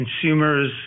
consumers